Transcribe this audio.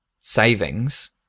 savings